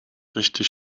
richtig